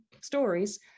stories